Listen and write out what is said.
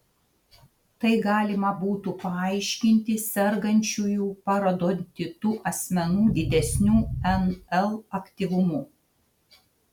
tai galima būtų paaiškinti sergančiųjų parodontitu asmenų didesniu nl aktyvumu